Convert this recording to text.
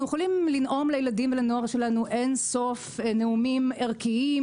אנחנו יכולים לנאום לילדים ולנוער שלנו אין-סוף נאומים ערכיים